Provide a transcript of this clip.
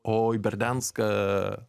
o į berdianską